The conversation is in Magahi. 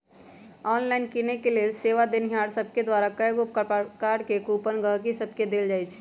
ऑनलाइन किनेके लेल सेवा देनिहार सभके द्वारा कएगो प्रकार के कूपन गहकि सभके देल जाइ छइ